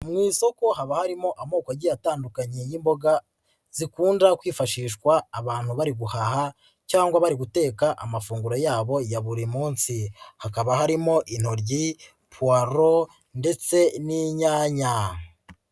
Mu isoko haba harimo amoko agiye atandukanye y'imboga zikunda kwifashishwa abantu bari guhaha cyangwa bari guteka amafunguro yabo ya buri munsi, hakaba harimo intoryi, puwalo ndetse n'inyanya.